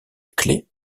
clé